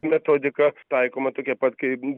metodika taikoma tokia pat kaip